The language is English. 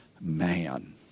man